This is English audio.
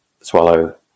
swallow